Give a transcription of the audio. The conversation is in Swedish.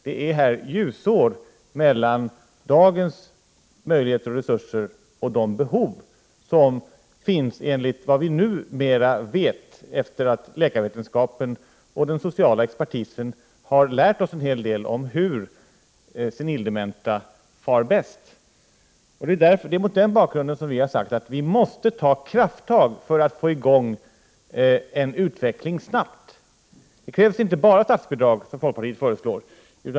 Det är ljusår mellan dagens möjligheter och resurser och de behov som finns enligt vad vi numera vet, efter det ati läkarvetenskapen och den sociala expertisen har lärt oss en hel del om hu senildementa far bäst. Det är mot den bakgrunden vi har sagt att vi måste t4 krafttag för att snabbt få i gång en utveckling. Det krävs inte bara statsbidrag] som folkpartiet föreslår.